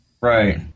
Right